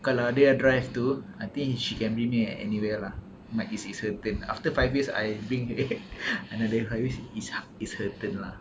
kalau dia drive tu I think she can bring me anywhere lah might be it's her turn after five years I bring eh another five years is her turn lah